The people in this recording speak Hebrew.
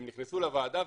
הם נכנסו לוועדה,